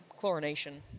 chlorination